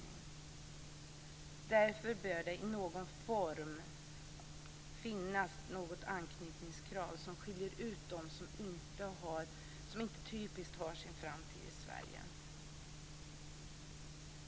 Därför bör det i någon form finnas något anknytningskrav som skiljer ut dem som typiskt inte har sin framtid i Sverige.